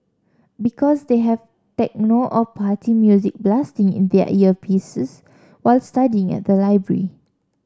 because they have techno or party music blasting in their earpieces while studying at the library